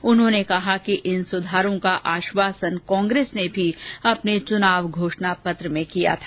श्री जावड़ेकर ने कहा कि इन सुधारों का आश्वासन कांग्रेस ने भी अपने चुनावी घोषणा पत्र में किया था